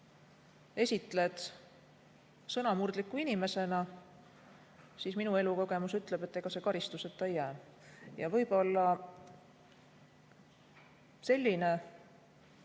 esitled sõnamurdliku inimesena, siis minu elukogemus ütleb, et ega see karistuseta ei jää. Ja võib-olla selline